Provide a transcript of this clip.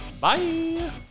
Bye